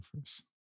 first